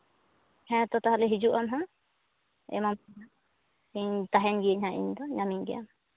ᱦᱮᱸ ᱛᱚ ᱛᱟᱦᱚᱞᱮ ᱦᱤᱡᱩᱜ ᱟᱢ ᱦᱟᱸᱜ ᱮᱢᱟᱢᱟᱹᱧ ᱦᱟᱸᱜ ᱤᱧ ᱛᱟᱦᱮᱱ ᱜᱤᱭᱟᱹᱧ ᱦᱟᱸᱜ ᱤᱧ ᱫᱚ ᱧᱟᱢᱤᱧ ᱜᱮᱭᱟᱢ